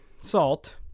salt